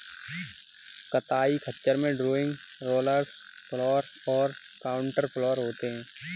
कताई खच्चर में ड्रॉइंग, रोलर्स फॉलर और काउंटर फॉलर होते हैं